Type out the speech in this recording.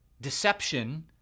deception